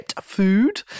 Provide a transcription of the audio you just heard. food